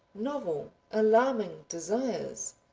novel alarming desires,